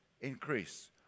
increase